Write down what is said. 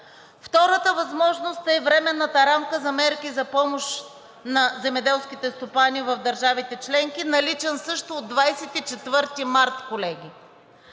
Втората възможност е временната рамка за мерки за помощ на земеделските стопани в държавите членки, наличен също от 24 март, колеги.